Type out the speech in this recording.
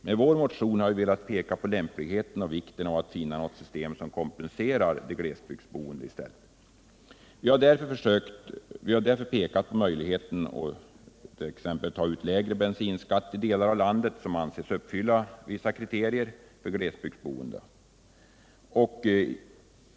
Med vår motion har vi velat peka på lämpligheten och vikten av att finna något system som kompenserar de glesbygdsboendes höga bilkostnader. Vi har därvid pekat på möjligheten av attt.ex. fastställa en lägre bensinskatt i de delar av landet som anses uppfylla vissa kriterier för glesbygdsboende.